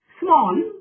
small